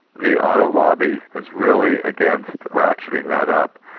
the auto lobby is really against ratcheting that up,